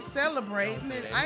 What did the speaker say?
celebrating